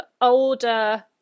older